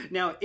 Now